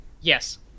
Yes